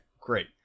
great